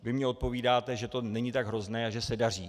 Vy mně odpovídáte, že to není tak hrozné a že se daří.